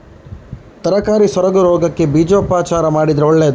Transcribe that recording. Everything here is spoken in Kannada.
ತರಕಾರಿ ಸೊರಗು ರೋಗಕ್ಕೆ ಬೀಜೋಪಚಾರ ಮಾಡಿದ್ರೆ ಒಳ್ಳೆದಾ?